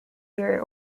year